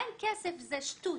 אין כסף זה שטות.